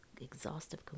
Exhaustive